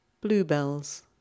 Bluebells